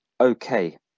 Okay